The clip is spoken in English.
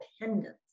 independence